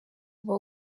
uba